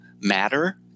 matter